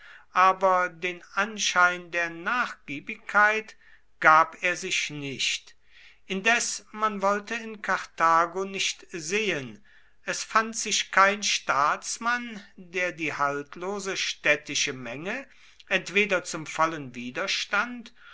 aber den anschein der nachgiebigkeit gab er sich nicht indes man wollte in karthago nicht sehen es fand sich kein staatsmann der die haltlose städtische menge entweder zum vollen widerstand